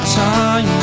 time